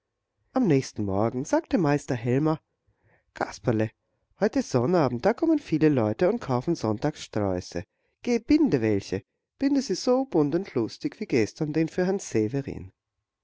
am nächsten morgen sagte meister helmer kasperle heute ist sonnabend da kommen viele leute und kaufen sonntagssträuße geh binde welche binde sie so bunt und lustig wie gestern den für herrn severin